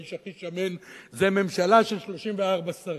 והאיש הכי שמן זה ממשלה של 34 שרים,